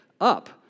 up